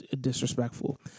disrespectful